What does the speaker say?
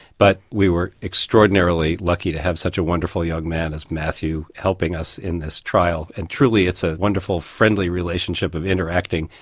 but we were extraordinarily lucky to have such a wonderful young man as matthew helping us in this trial. and truly it's a wonderful friendly relationship of interacting,